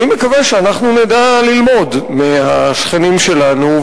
אני מקווה שאנחנו נדע ללמוד מהשכנים שלנו,